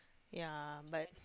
ya but